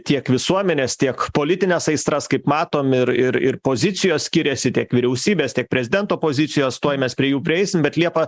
tiek visuomenės tiek politines aistras kaip matom ir ir ir pozicijos skiriasi tiek vyriausybės tiek prezidento pozicijos tuoj mes prie jų prieisim bet liepa